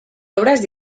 obras